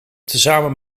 tezamen